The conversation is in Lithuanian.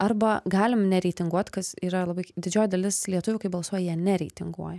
arba galim nereitinguot kas yra labai didžioji dalis lietuvių kai balsuoja jie nereitinguoja